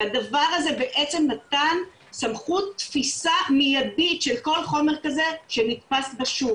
הדבר הזה נתן סמכות תפיסה מיידית של כל חומר כזה שנתפס בשוק.